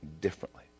differently